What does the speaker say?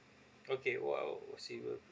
okay !wow! receiver